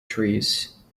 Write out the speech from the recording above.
trees